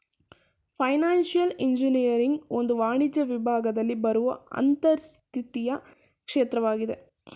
financial engineering ಒಂದು ವಾಣಿಜ್ಯ ವಿಭಾಗದಲ್ಲಿ ಬರುವ ಅಂತರಶಿಸ್ತೀಯ ಕ್ಷೇತ್ರವಾಗಿದೆ